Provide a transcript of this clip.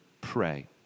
pray